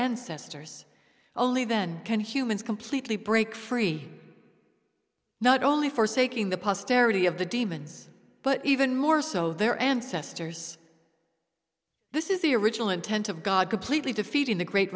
ancestors only then can humans completely break free not only forsaking the posterity of the demons but even more so their ancestors this is the original intent of god completely defeating the great